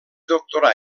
doctorà